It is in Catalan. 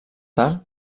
tard